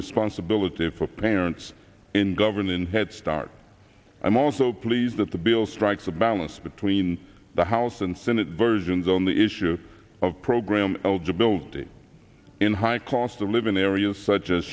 responsibility for parents in govern in headstart i'm also pleased that the bill strikes a balance between the house and senate versions on the issue of progress algy building in high cost of living areas such as